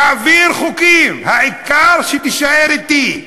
תעביר חוקים, העיקר שתישאר אתי,